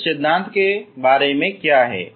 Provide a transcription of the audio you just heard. इस सिद्धांत के बारे में क्या है